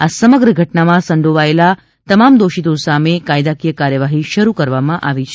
આ સમગ્ર ઘટનામાં સંકળાયેલા તમામ દોષિતો સામે કાયદાકીય કાર્યવાહી શરૂ કરવામાં આવી છે